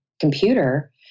computer